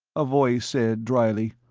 a voice said, dryly,